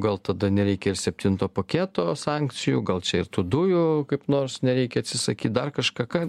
gal tada nereikės septinto paketo sankcijų gal čia ir tų dujų kaip nors nereikia atsisakyt dar kažką ką